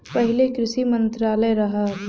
पहिले कृषि मंत्रालय रहल